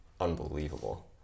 unbelievable